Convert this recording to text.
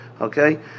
okay